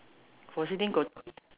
forsee thing got